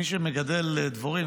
מי שמגדל דבורים,